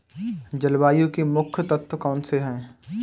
जलवायु के मुख्य तत्व कौनसे हैं?